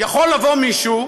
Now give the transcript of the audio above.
יכול לבוא מישהו,